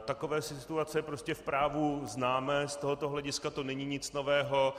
Takové situace prostě v právu známe, z tohoto hlediska to není nic nového.